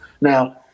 Now